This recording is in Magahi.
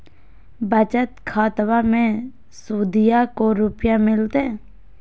बचत खाताबा मे सुदीया को रूपया मिलते?